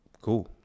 Cool